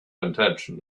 intention